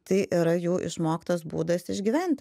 tai yra jų išmoktas būdas išgyventi